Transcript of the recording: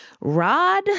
Rod